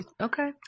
Okay